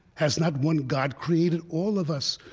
has not one god created all of us?